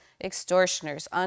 extortioners